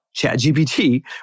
ChatGPT